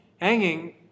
hanging